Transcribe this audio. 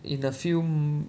in a few m~